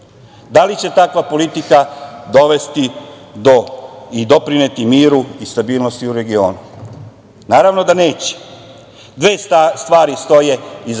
Da li će takva politika dovesti i doprineti miru i stabilnosti u regionu? Naravno da neće. Dve stvari stoje iza